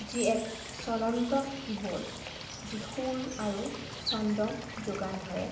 যি এক চ্বলন্ত কীবৰ্ড যি সুৰ আৰু চন্দ যোগান ধৰে